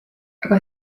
aga